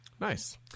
Nice